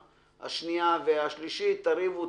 בהכנה לקריאה השנייה והשלישית, תריבו,